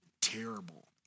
Terrible